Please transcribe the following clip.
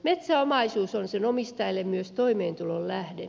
metsäomaisuus on sen omistajille myös toimeentulon lähde